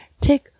take